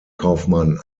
kaufmann